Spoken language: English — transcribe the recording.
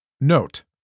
Note